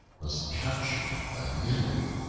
was captured by the enemy.